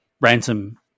Ransom